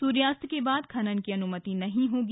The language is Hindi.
सूर्यास्त के बाद खनन की अनुमति नहीं होगी